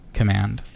command